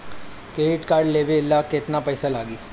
Credit card लेवे ला केतना पइसा लागी?